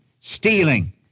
stealing